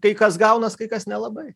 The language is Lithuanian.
kai kas gaunas kai kas nelabai